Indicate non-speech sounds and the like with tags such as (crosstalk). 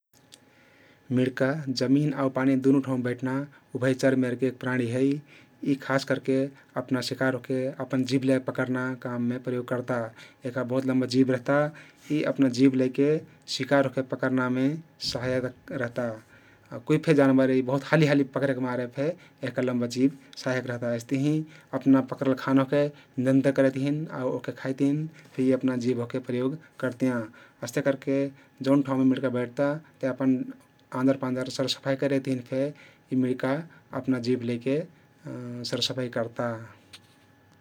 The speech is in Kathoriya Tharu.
मिड्का जमिन आउ पानी दुनु ठाउँमे बैठ्ना उभयचर मेरके प्राणी हइ । यी खास करके अपना शिकार ओहके अपन जिभले पकरना काममे प्रयोग कर्ता । यहका बहुत लम्बा जिभ रहता । यी अपना जिभ लैके शिकार ओहके पकर्नामे सहायक रहता । कुइ फे जानबर हाली हाली पकरेकमारे फे यहका लम्बा जिभ सहायक रहता । अइस्तहिं अपना पकरल खाना ओहके नियन्त्रण करेक तहिन आउ खइक तहिन फे यी अपना जिभ ओहके प्रयोग करतियाँ । अस्ते करके जउन ठाउँमे मिड्का बैठता ते अपन आँजर पाँजर सरसफई करेकतहिन फे यी मिड्का अपना जिभ लैके (hesitation) सरफाई करता ।